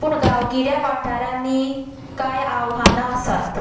पूण गांवगिऱ्या वाठारांनी काय आव्हानां आसात